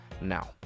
now